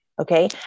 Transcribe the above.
okay